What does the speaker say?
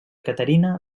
caterina